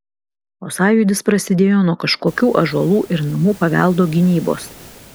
o sąjūdis prasidėjo nuo kažkokių ąžuolų ir namų paveldo gynybos